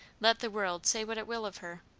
let the world say what it will of her.